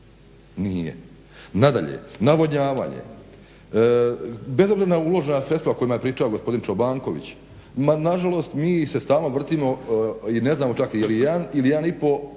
Nije. Nadalje, navodnjavanje, bezobzirno uložena sredstva o kojima je pričao gospodin Čobanković, ma nažalost mi se stalno vrtimo i ne znamo čak jel je 1 ili